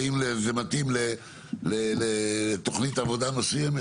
האם זה מתאים לתוכנית עבודה מסוימת?